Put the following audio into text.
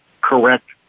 correct